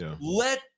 let